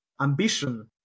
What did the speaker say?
Ambition